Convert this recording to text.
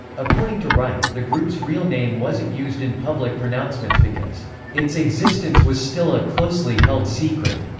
according to wright, the group's real name wasn't used in public pronouncements because its existence was still a closely held secret.